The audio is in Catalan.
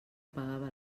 pagava